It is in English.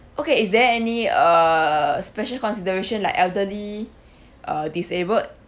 okay is there any uh special consideration like elderly uh disabled